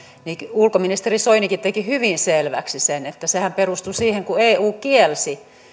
ulkoministeri soinikin teki hyvin selväksi sen että sehän perustui siihen kun eu kielsi